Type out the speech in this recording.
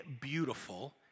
beautiful